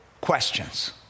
questions